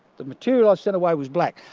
the material i sent away was black.